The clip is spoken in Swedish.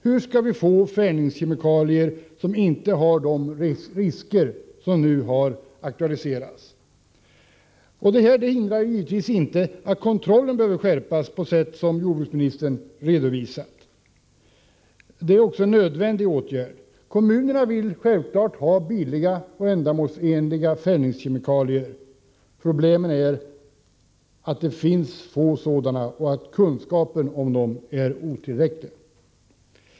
Hur skall vi få fällningskemikalier som inte medför de risker som nu har aktualiserats? Detta hindrar givetvis inte att kontrollen behöver skärpas på sätt som jordbruksministern anger. Det är också en nödvändig åtgärd. Kommunerna vill självfallet ha billiga och ändamålsenliga fällningskemikalier. Problemen är att det finns få sådana och att kunskapen om dem är otillräcklig.